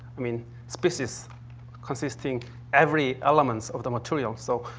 i mean, species consisting every element of the material. so,